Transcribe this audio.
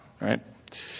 Right